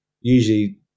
usually